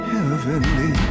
Heavenly